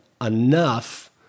enough